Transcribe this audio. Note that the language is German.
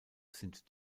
sind